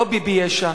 ולא ביבי-יש"ע,